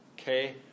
Okay